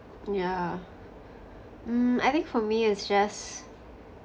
yeah mm I think for me it's just